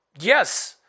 yes